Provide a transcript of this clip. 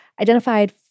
identified